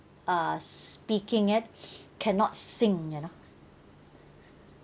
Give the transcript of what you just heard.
uh speaking it cannot sync you know